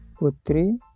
putri